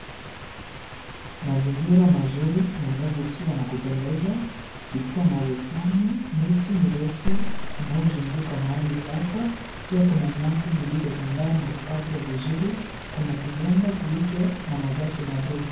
Mazingira mazuri yanayovutia na kupendeza kukiwa na bustani, miti mirefu inayozunguka mahali hapa pia kuna nyasi zilzotandaa na kukatwa vizuri. Kuna kinyumba kilicho na mabati madogo.